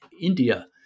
India